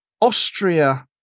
Austria